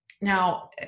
Now